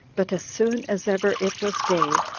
but as soon as ever it was day,